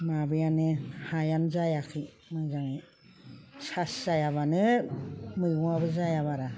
माबायानो हायानो जायाखै मोजाङै सास जायाबानो मैगङाबो जाया बारा